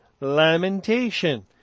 lamentation